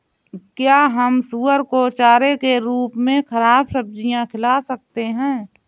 क्या हम सुअर को चारे के रूप में ख़राब सब्जियां खिला सकते हैं?